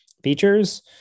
features